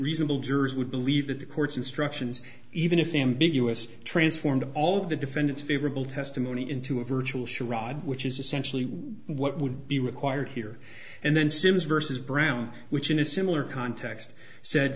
reasonable jurors would believe that the court's instructions even if ambiguous transformed all of the defendant's favorable testimony into a virtual sharod which is essentially what would be required here and then simms versus brown which in a similar context said